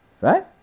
right